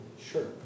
Sure